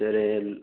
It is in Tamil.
சரி